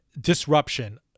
disruption